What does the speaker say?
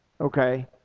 Okay